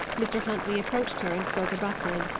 mr. huntley approached her and spoke abruptly.